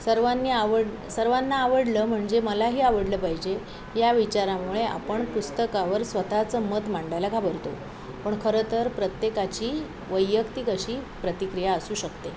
सर्वांनी आवड् सर्वांना आवडलं म्हणजे मलाही आवडलं पाहिजे या विचारामुळे आपण पुस्तकावर स्वतःचं मत मांडायला घाबरतो पण खरं तर प्रत्येकाची वैयक्तिक अशी प्रतिक्रिया असू शकते